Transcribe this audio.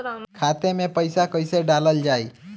खाते मे पैसा कैसे डालल जाई?